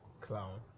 clown